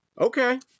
Okay